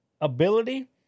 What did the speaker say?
ability